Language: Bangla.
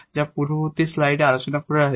যা পূর্ববর্তী স্লাইডে আলোচনা করা হয়েছে